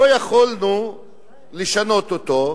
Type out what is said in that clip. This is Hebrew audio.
לא יכולנו לשנות אותו,